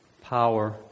Power